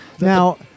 Now